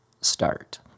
start